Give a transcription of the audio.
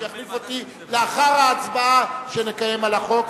שיחליף אותי לאחר ההצבעה שנקיים על החוק,